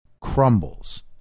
crumbles